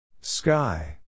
Sky